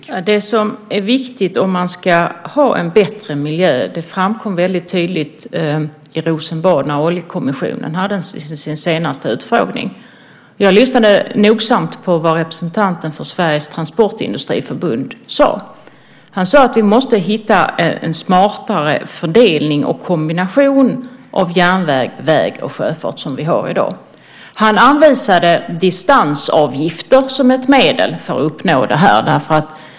Herr talman! Det som är viktigt om man ska ha en bättre miljö framkom väldigt tydligt i Rosenbad när Oljekommissionen hade sin senaste utfrågning. Jag lyssnade nogsamt på vad representanten för Sveriges Transportindustriförbund sade. Han sade att vi måste hitta en smartare fördelning och kombination av järnväg, väg och sjöfart än vi har i dag. Han anvisade distansavgifter som ett medel för att uppnå detta.